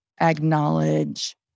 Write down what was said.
acknowledge